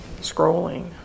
scrolling